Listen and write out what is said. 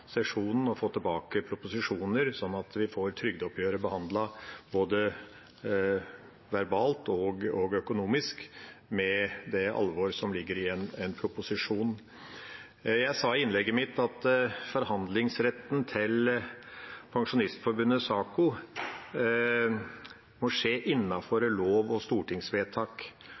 å få tilbake proposisjoner, sånn at vi får trygdeoppgjøret behandlet både verbalt og økonomisk med det alvoret som ligger i en proposisjon. Jeg sa i innlegget mitt at forhandlingsretten til Pensjonistforbundet/SAKO må skje innenfor lov- og stortingsvedtak.